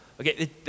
Okay